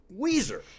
Weezer